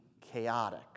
chaotic